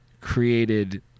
created